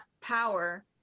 power